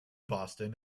boston